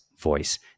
voice